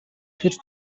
тэр